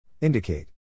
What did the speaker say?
Indicate